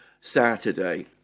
saturday